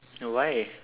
no why